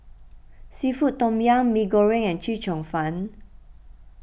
Seafood Tom Yum Mee Goreng and Chee Cheong Fun